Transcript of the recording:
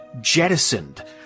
jettisoned